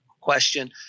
question